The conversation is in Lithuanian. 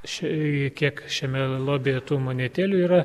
šiai kiek šiame lobyje tų monetėlių yra